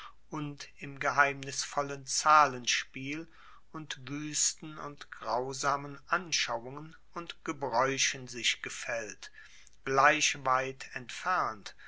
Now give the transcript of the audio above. und im geheimnisvollen zahlenspiel und wuesten und grausamen anschauungen und gebraeuchen sich gefaellt gleich weit entfernt